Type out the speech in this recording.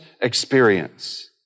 experience